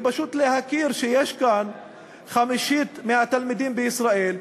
ופשוט להכיר שיש כאן חמישית מהתלמידים בישראל,